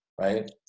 Right